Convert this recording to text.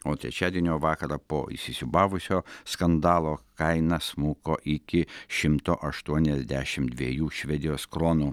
o trečiadienio vakarą po įsisiūbavusio skandalo kaina smuko iki šimto aštuoniasdešimt dviejų švedijos kronų